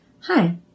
Hi